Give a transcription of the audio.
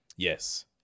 Yes